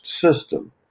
system